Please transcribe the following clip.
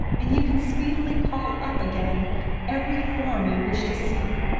and you can speedily call up again every form you wish to see.